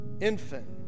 infant